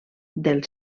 del